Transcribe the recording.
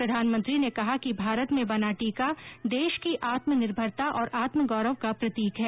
प्रधानमंत्री ने कहा कि भारत में बना टीका देश की आत्मनिर्भरता और आत्म गौरव का प्रतीक है